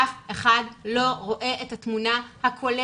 אף אחד לא רואה את התמונה הכוללת.